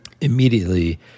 immediately